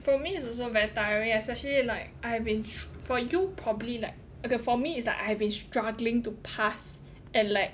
for me it's also very tiring especially like I've been for you probably like okay for me it's like I've been struggling to pass and like